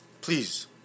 Please